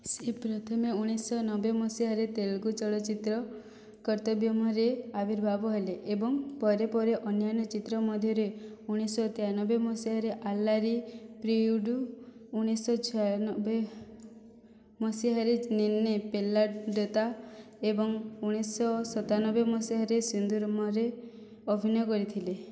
ସେ ପ୍ରଥମେ ଉଣେଇଶିଶହ ନବେ ମସିହାରେ ତେଲୁଗୁ ଚଳଚ୍ଚିତ୍ର କର୍ତ୍ତବ୍ୟମ୍ରେ ଆବିର୍ଭାବ ହେଲେ ଏବଂ ପରେ ପରେ ଅନ୍ୟାନ୍ୟ ଚିତ୍ର ମଧ୍ୟରେ ଉଣେଇଶିଶହ ତେୟାନବେ ମସିହାରେ ଆଲ୍ଲାରୀ ପ୍ରିୟୁଡ଼ୁ ଉଣେଇଶିଶହ ଛୟାନବେ ମସିହାରେ ନିନ୍ନେ ପେଲ୍ଲାଡ଼େତା ଏବଂ ଉଣେଇଶିଶହ ସତାନବେ ମସିହାରେ ସିନ୍ଦୁରମ୍ରେ ଅଭିନୟ କରିଥିଲେ